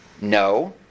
No